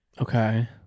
Okay